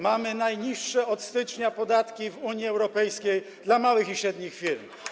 Mamy najniższe od stycznia podatki w Unii Europejskiej dla małych i średnich firm.